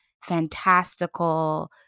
fantastical